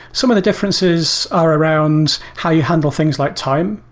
some of the differences are around how you handle things like time,